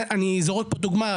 אני זורק פה דוגמה,